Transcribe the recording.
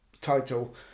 title